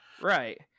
Right